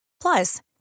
Plus